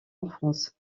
enfance